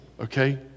okay